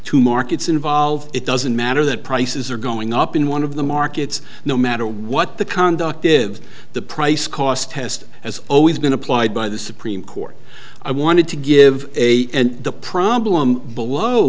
two markets involved it doesn't matter that prices are going up in one of the markets no matter what the conduct is the price cost test as always been applied by the supreme court i wanted to give a and the problem below